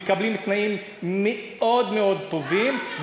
מקבלים תנאים מאוד מאוד טובים,